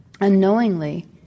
Unknowingly